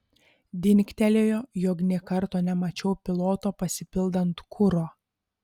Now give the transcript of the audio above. dingtelėjo jog nė karto nemačiau piloto pasipildant kuro